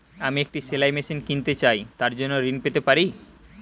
আমি একটি সেলাই মেশিন কিনতে চাই তার জন্য ঋণ পেতে পারি?